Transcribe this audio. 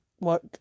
work